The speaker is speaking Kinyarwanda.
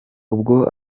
ubwo